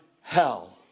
hell